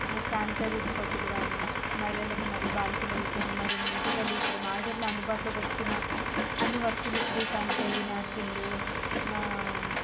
sanitary ఉత్పత్తులు కాని మహిళలకు మరియు బాలికలు కొన్ని మరిన్ని ఎంపికలు ఇప్పుడు మార్కెట్లో అందుబాటులోకి వస్తున్న అన్ని వస్తువులు స్త్రీ శానిటరీ న్యాప్కిన్లు